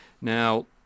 Now